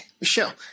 Michelle